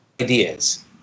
ideas